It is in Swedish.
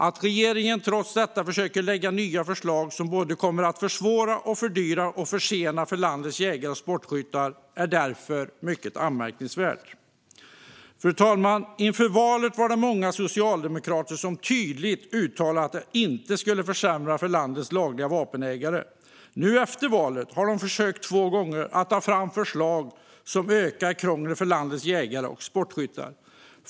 Att regeringen trots detta försöker lägga fram nya förslag som kommer att försvåra, fördyra och försena för landets jägare och sportskyttar är därför mycket anmärkningsvärt. Fru talman! Inför valet var det många socialdemokrater som tydligt uttalade att de inte skulle försämra för landets lagliga vapenägare. Nu efter valet har de två gånger försökt ta fram förslag som ökar krånglet för landets jägare och sportskyttar.